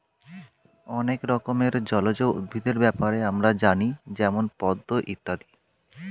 অনেক রকমের জলজ উদ্ভিদের ব্যাপারে আমরা জানি যেমন পদ্ম ইত্যাদি